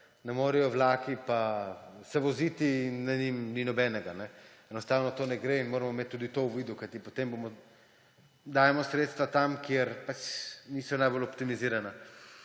ne morejo vlaki pa se voziti in na njih ni nobenega. Enostavno to ne gre in moramo imeti tudi to v vidu, kajti potem dajemo sredstva tja, kjer pač niso najbolj optimizirana.